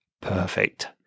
Perfect